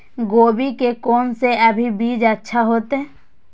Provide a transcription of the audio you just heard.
गोभी के कोन से अभी बीज अच्छा होते?